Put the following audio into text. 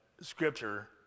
scripture